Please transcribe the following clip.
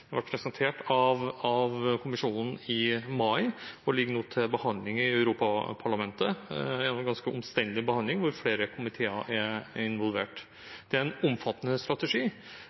presentert av kommisjonen i mai og ligger nå til behandling i Europaparlamentet. Det er en ganske omstendelig behandling hvor flere komiteer er involvert. Det er en omfattende strategi.